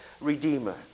redeemer